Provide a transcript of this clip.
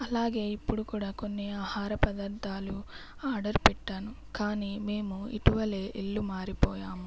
అలాగే ఇప్పుడు కూడా కొన్ని ఆహార పదార్థాలు ఆర్డర్ పెట్టాను కానీ మేము ఇటీవలే ఇల్లు మారిపోయాము